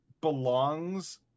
belongs